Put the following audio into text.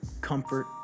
comfort